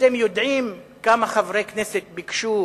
אתם יודעים כמה חברי כנסת ביקשו